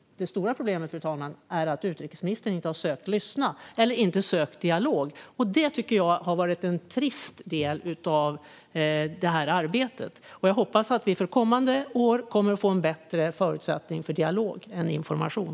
Det stora problemet är dock att utrikesministern inte har lyssnat och sökt dialog. Det har varit en trist del i detta arbete. Jag hoppas att det under kommande år blir mer dialog och inte bara information.